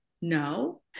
no